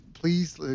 please